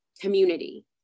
community